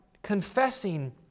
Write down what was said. Confessing